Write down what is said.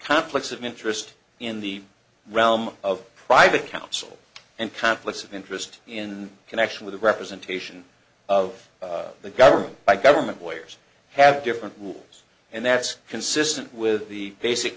conflicts of interest in the realm of private counsel and conflicts of interest in connection with representation of the government by government lawyers have different rules and that's consistent with the basic